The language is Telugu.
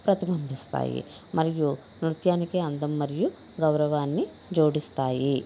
ప్రతిభంబిస్తాయి మరియు నృత్యానికి అందం మరియు గౌరవాన్ని జోడిస్తాయి